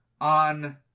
on